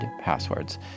passwords